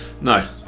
No